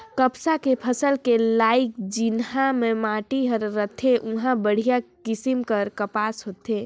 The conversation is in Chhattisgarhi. कपसा के फसल के लाइक जिन्हा के माटी हर रथे उंहा बड़िहा किसम के कपसा होथे